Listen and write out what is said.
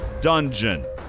dungeon